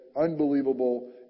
unbelievable